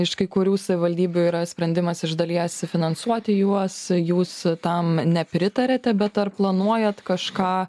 iš kai kurių savivaldybių yra sprendimas iš dalies finansuoti juos jūs tam nepritariate bet ar planuojat kažką